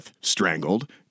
strangled